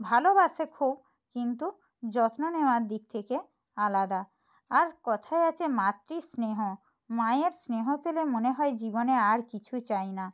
ভালোবাসে খুব কিন্তু যত্ন নেওয়ার দিক থেকে আলাদা আর কথায় আছে মাতৃ স্নেহ মায়ের স্নেহ পেলে মনে হয় জীবনে আর কিছু চাই না